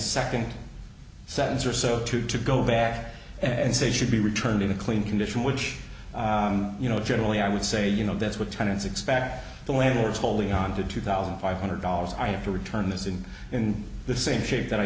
second sentence or so to to go back and say should be returned in a clean condition which you know generally i would say you know that's what tenants expect the landlords holding on to two thousand five hundred dollars i have to return this in in the same shape that i